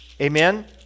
Amen